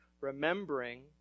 remembering